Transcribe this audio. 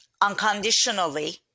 unconditionally